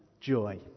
joy